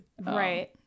Right